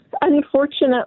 Unfortunately